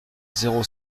zéro